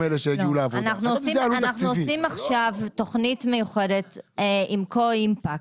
אנו עושים עכשיו תוכנית מיוחדת עם קו אימפקט,